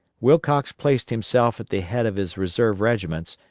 wilcox placed himself at the head of his reserve regiments,